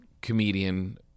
comedian